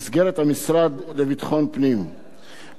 ולוחמי האש יהפכו לעובדי מדינה.